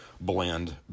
blend